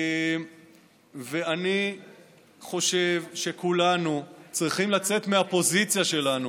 אני חושב שכולנו צריכים לצאת מהפוזיציה שלנו